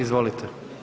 Izvolite.